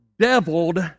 deviled